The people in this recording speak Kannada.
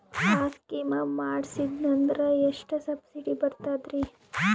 ಆ ಸ್ಕೀಮ ಮಾಡ್ಸೀದ್ನಂದರ ಎಷ್ಟ ಸಬ್ಸಿಡಿ ಬರ್ತಾದ್ರೀ?